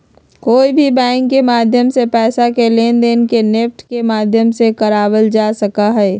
कोई भी बैंक के माध्यम से पैसा के लेनदेन के नेफ्ट के माध्यम से करावल जा सका हई